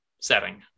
setting